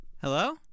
Hello